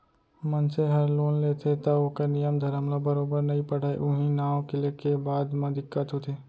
मनसे हर लोन लेथे तौ ओकर नियम धरम ल बरोबर नइ पढ़य उहीं नांव लेके बाद म दिक्कत होथे